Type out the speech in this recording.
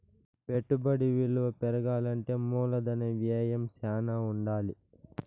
పెట్టుబడి విలువ పెరగాలంటే మూలధన వ్యయం శ్యానా ఉండాలి